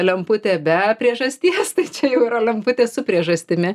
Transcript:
lemputė be priežasties tai čia jau yra lemputė su priežastimi